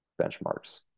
benchmarks